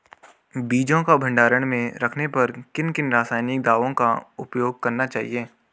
बीजों को भंडारण में रखने पर किन किन रासायनिक दावों का उपयोग करना चाहिए?